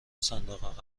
صندوق